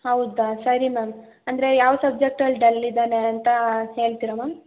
ಹೌದಾ ಸರಿ ಮ್ಯಾಮ್ ಅಂದರೆ ಯಾವ ಸಬ್ಜೆಕ್ಟಲ್ಲಿ ಡಲ್ ಇದ್ದಾನೆ ಅಂತ ಹೇಳ್ತೀರಾ ಮ್ಯಾಮ್